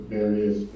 various